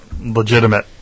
legitimate